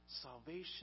salvation